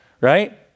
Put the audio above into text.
right